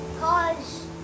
cause